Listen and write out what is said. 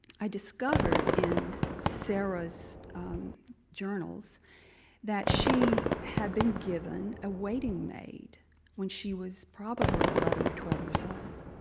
i discovered in sarah's journals that she had been given a waiting maid when she was probably eleven or twelve-years-old.